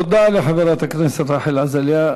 תודה לחברת הכנסת רחל עזריה.